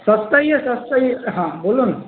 सस्ता ही है सस्ता ही है हाँ बोलो न